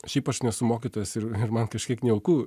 šiaip aš nesu mokytojas ir ir man kažkiek nejauku